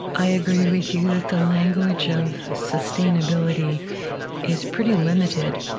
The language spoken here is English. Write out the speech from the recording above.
i agree with you that the language of sustainability is pretty limited.